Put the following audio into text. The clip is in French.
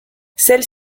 celle